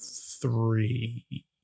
three